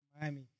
Miami